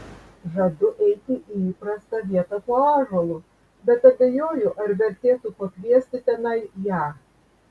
žadu eiti į įprastą vietą po ąžuolu bet abejoju ar vertėtų pakviesti tenai ją